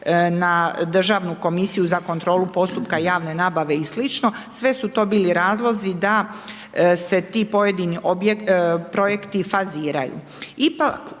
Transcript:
na Državnu komisiju za kontrolu postupka javne nabave i sli., sve su to bili razlozi da se ti pojedini projekti faziraju.